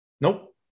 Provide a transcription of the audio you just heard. Nope